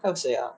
还有谁 ah